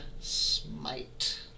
smite